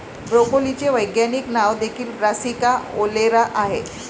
ब्रोकोलीचे वैज्ञानिक नाव देखील ब्रासिका ओलेरा आहे